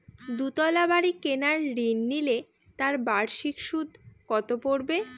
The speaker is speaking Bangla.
দুতলা বাড়ী কেনার ঋণ নিলে তার বার্ষিক সুদ কত পড়বে?